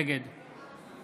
נגד